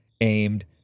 aimed